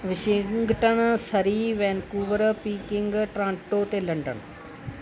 Washington Surrey Vancouver Peking Toronto ਅਤੇ London